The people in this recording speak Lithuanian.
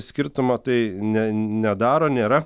skirtumo tai ne nedaro nėra